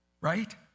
right